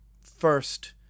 first